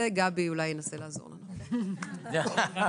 בואו